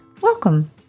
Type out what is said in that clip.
Welcome